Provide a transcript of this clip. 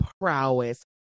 prowess